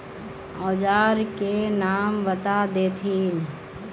औजार के नाम बता देथिन?